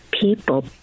people